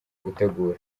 gutegura